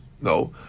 no